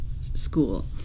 school